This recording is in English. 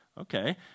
okay